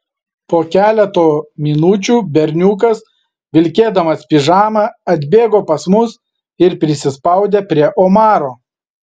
po keleto minučių berniukas vilkėdamas pižamą atbėgo pas mus ir prisispaudė prie omaro